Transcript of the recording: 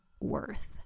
worth